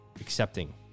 accepting